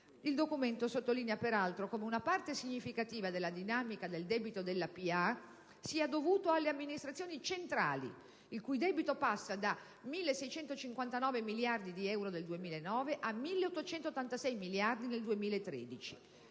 Il documento sottolinea peraltro come una parte significativa della dinamica del debito della pubblica amministrazione sia dovuta alle amministrazioni centrali (il cui debito passa da 1.659 miliardi di euro del 2009 a 1.886 miliardi nel 2013),